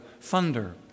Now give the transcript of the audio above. Thunder